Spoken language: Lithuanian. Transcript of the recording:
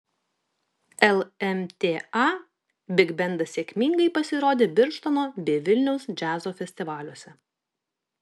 lmta bigbendas sėkmingai pasirodė birštono bei vilniaus džiazo festivaliuose